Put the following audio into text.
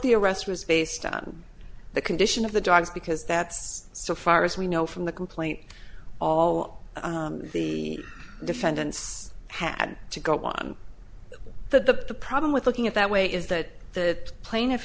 the arrest was based on the condition of the dogs because that's so far as we know from the complaint all the defendants had to go on the problem with looking at that way is that that plaintiff